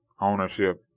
ownership